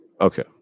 Okay